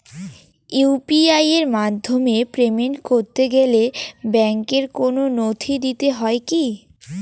UPI এর মাধ্যমে payment করতে গেলে ব্যাংকের কোন নথি দিতে হয় কি?